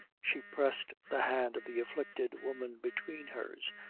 she pressed the hand of the afflicted woman between hers,